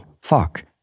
fuck